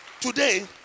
today